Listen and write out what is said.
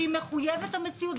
שהיא מחויבת המציאות.